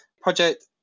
Project